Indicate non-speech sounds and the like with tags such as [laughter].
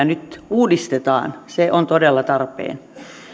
[unintelligible] nyt uudistetaan se on todella tarpeen